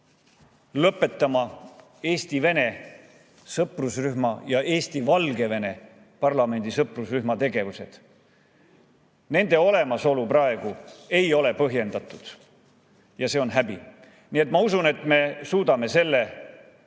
parlamendi Eesti-Vene sõprusrühma ja Eesti-Valgevene sõprusrühma tegevuse. Nende olemasolu praegu ei ole põhjendatud ja see on häbi. Ma usun, et me suudame selle